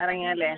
ഇറങ്ങി അല്ലേ